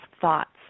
thoughts